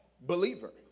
believer